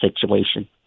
situation